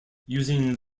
using